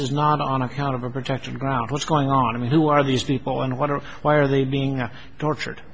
is not on account of a protected ground what's going on and who are these people and wonder why are they being tortured